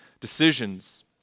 decisions